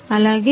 అలాగే